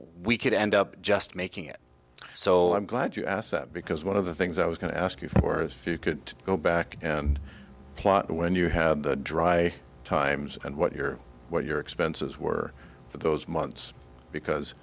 we could end up just making it so i'm glad you asked that because one of the things i was going to ask you for if you could go back and plot when you had the dry times and what your what your expenses were for those months because